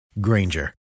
Granger